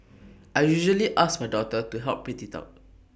I usually ask my daughter to help print IT out